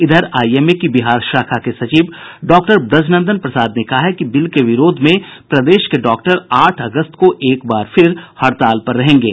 इधर आईएमए की बिहार शाखा के सचिव डॉक्टर ब्रजनंदन प्रसाद ने कहा है कि बिल के विरोध में प्रदेश के डॉक्टर आठ अगस्त को एकबार फिर हड़ताल पर रहेंगे